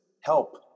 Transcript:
help